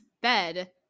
bed